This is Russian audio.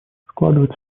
складывается